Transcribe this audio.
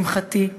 לשמחתי,